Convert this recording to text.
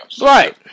Right